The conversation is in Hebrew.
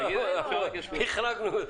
החרגנו.